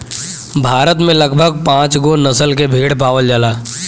भारत में लगभग पाँचगो नसल के भेड़ पावल जाला